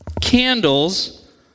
candles